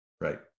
Right